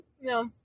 No